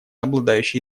обладающие